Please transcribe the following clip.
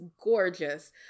gorgeous